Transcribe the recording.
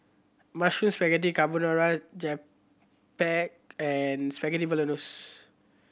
Mushroom Spaghetti Carbonara Japchae and Spaghetti Bolognese